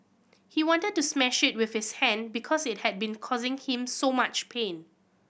he wanted to smash it with his hand because it had been causing him so much pain